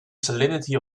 salinity